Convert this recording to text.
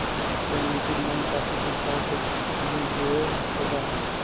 कई नैतिक बैंक काफी संस्थाओं से भी जुड़े होवअ हई